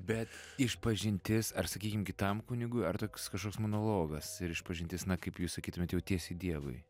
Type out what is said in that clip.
bet išpažintis ar sakykim kitam kunigui ar toks kažkoks monologas ir išpažintis na kaip jūs sakytumėt jautiesi dievui